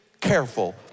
careful